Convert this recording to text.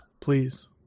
Please